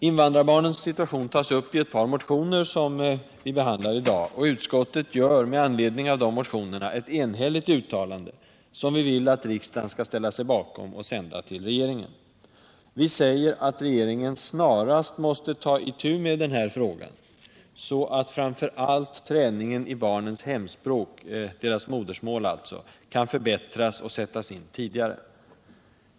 Invandrarbarnens situation tas upp i ett par motioner som vi behandlar i dag. Utskottet gör med anledning av motionerna ett enhälligt uttalande, som vi vill att riksdagen skall ställa sig bakom och sända till regeringen. Vi säger att regeringen snarast måste ta itu med den här frågan, så att framför allt träningen i barnens hemspråk — deras modersmål — kan förbättras och sättas in tidigare.